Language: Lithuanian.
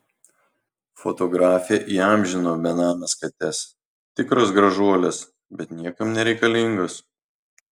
fotografė įamžino benames kates tikros gražuolės bet niekam nereikalingos